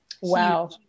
Wow